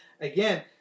again